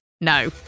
No